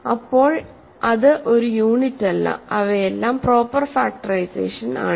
അപ്പോൾ ഇത് ഒരു യൂണിറ്റല്ല ഇവയെല്ലാം പ്രോപ്പർ ഫാക്ടറൈസേഷൻ ആണ്